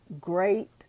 great